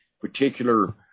particular